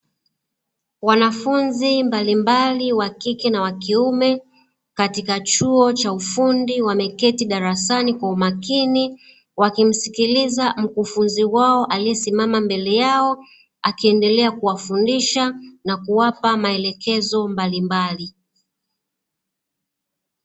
Wanafunzi mbalimbali wakike na wakiume katika chuo cha ufundi wameketi darasani kwa umakini, wakimsikiliza mkufunzi wao aliye simama mbele yao akiendelea kuwafundisha na kuwapa maelekezo mbalimbali.